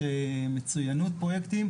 יש פרויקטים למצוינות,